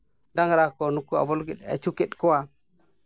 ᱰᱟᱝᱨᱟ ᱠᱚ ᱱᱩᱠᱩ ᱟᱵᱚ ᱞᱟᱹᱜᱤᱫᱼᱮ ᱟᱹᱪᱩ ᱠᱮᱫ ᱠᱚᱣᱟ